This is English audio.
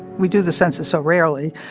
we do the census so rarely.